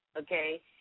Okay